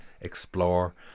explore